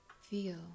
Feel